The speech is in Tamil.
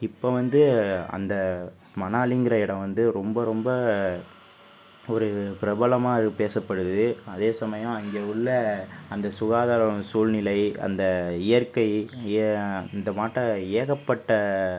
இப்போது வந்து அந்த மணாலிங்கிற இடம் வந்து ரொம்ப ரொம்ப ஒரு பிரபலமாக பேசப்படுது அதே சமயம் அங்கே உள்ள அந்த சுகாதாரம் சூழ்நிலை அந்த இயற்கை யே அந்தமாட்டம் ஏகப்பட்ட